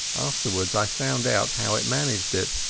afterwards i found out how it managed it.